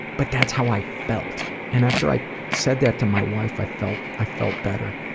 but that's how i felt. and after i said that to my wife, i felt i felt better.